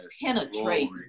penetrate